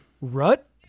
Rut